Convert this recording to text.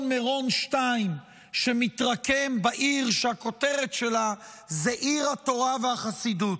מירון 2 שמתרקם בעיר שהכותרת שלה היא עיר התורה והחסידות,